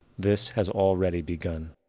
this has already begun.